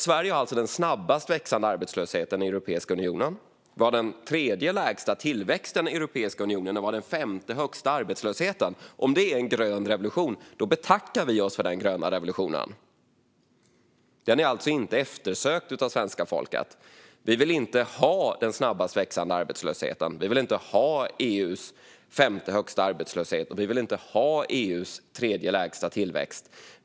Sverige har alltså den snabbast växande arbetslösheten i Europeiska unionen. Vi har den tredje lägsta tillväxten i Europeiska unionen. Vi har den femte högsta arbetslösheten. Om det är en grön revolution betackar vi oss för den gröna revolutionen. Den är inte eftersökt av svenska folket. Vi vill inte ha den snabbast växande arbetslösheten. Vi vill inte ha EU:s tredje lägsta tillväxt. Vi vill inte ha EU:s femte högsta arbetslöshet.